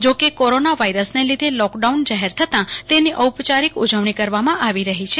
જો કે કોરોના વાઈરસને લીધે લોકડાઉન જાહેર થતા તેની ઔપયારિક ઉજવણી કરવામાં આવી રહી છે